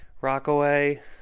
Rockaway